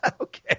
Okay